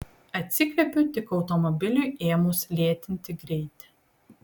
atsikvepiu tik automobiliui ėmus lėtinti greitį